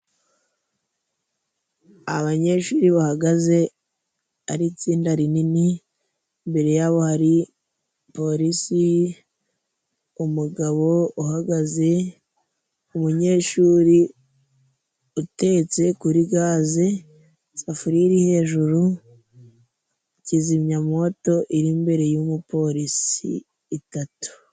Abanyeshuri bahagaze ari itsinda rinini, imbere yabo hari polisi, umugabo uhagaze ,umunyeshuri utetse kuri gaze, isafuriya iri hejuru, kizimyamwoto iri imbere y'umupolisi itatu.